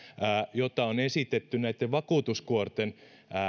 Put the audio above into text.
jota on esitetty näiden vakuutuskuorten